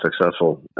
successful